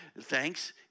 Thanks